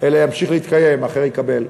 אלא ימשיך להתקיים, אחר יקבל.